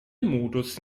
modus